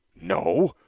No